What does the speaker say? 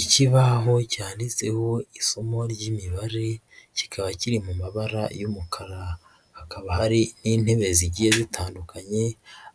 Ikibaho cyanditseho isomo ry'imibare, kikaba kiri mu mabara y'umukara, hakaba hari n'intebe zigiye zitandukanye